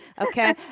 Okay